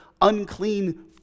unclean